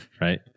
Right